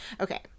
Okay